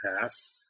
past